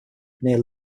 near